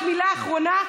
רק מילה אחרונה,